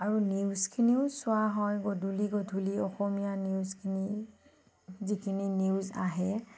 আৰু নিউজখিনিও চোৱা হয় গধূলি গধূলি অসমীয়া নিউজখিনি যিখিনি নিউজ আহে